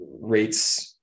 rates